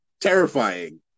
terrifying